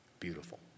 Beautiful